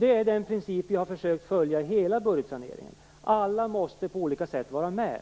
Det är den princip vi har försökt följa i hela budgetsaneringen. Alla måste på olika sätt vara med.